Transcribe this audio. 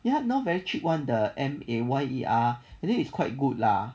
you know very cheap [one] the M A Y E R then is quite good lah